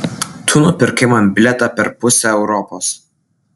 tu nupirkai man bilietą per pusę europos